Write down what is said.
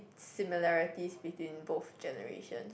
similarities between both generations